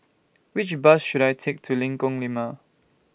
Which Bus should I Take to Lengkong Lima